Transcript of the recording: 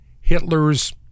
Hitler's